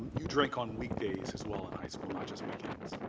you drink on weekdays as well in high school, not just weekends.